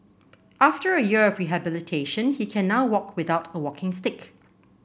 after a year of rehabilitation he can now walk without a walking stick